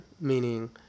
Meaning